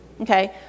Okay